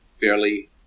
fairly